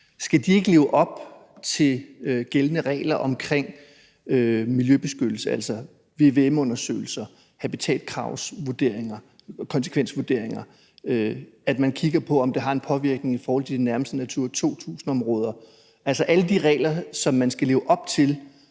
– ikke leve op til gældende regler om miljøbeskyttelse, altså vvm-undersøgelser, habitatkravsvurderinger, konsekvensvurderinger, at man kigger på, om det har en påvirkning i forhold til de nærmeste Natura 2000-områder, altså alle de regler, som man skal leve op til